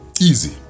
easy